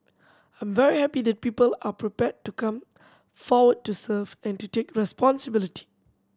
I'm very happy that people are prepared to come forward to serve and to take responsibility